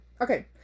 Okay